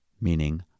meaning